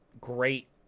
great